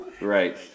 Right